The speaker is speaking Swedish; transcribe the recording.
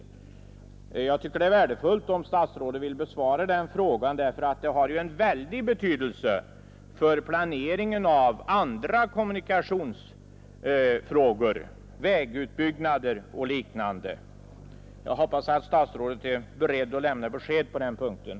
Jag tycker det vore värdefullt om statsrådet ville besvara den frågan, eftersom svaret har en mycket stor betydelse för planeringen av andra kommunikationer, vägutbyggnader och liknande. Jag hoppas därför att statsrådet är beredd att lämna ett besked.